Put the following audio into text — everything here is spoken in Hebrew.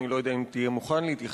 אני לא יודע אם תהיה מוכן להתייחס